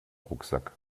rucksack